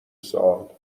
سوال